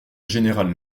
général